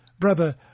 Brother